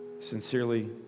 Sincerely